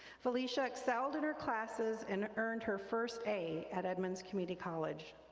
felicia excelled in her classes and earned her first a at edmonds community college.